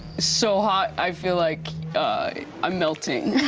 so hot, i feel like i'm melting.